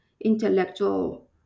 intellectual